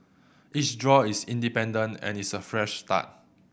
each draw is independent and is a fresh start